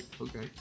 okay